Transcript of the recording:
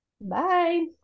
Bye